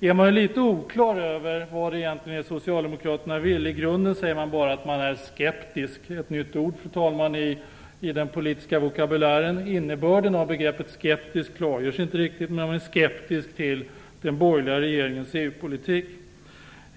känner man sig litet osäker på vad det är socialdemokraterna egentligen vill - i grunden säger man bara att man är skeptisk. Det är ett nytt ord i den politiska vokabulären. Innebörden av begreppet skeptisk klargörs inte riktigt när man säger sig vara skeptisk till den borgerliga regeringens EU-politik.